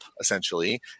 essentially